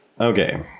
Okay